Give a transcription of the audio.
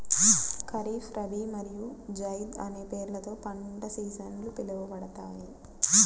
ఖరీఫ్, రబీ మరియు జైద్ అనే పేర్లతో పంట సీజన్లు పిలవబడతాయి